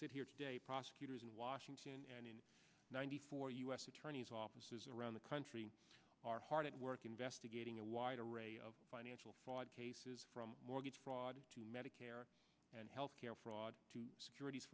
sit here today prosecutors in washington and in ninety four u s attorney's offices around the country are hard at work investigating a wide array of financial fraud cases from mortgage fraud to medicare and healthcare fraud to securities